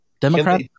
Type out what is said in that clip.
Democrat